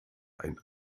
ein